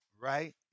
right